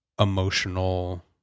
emotional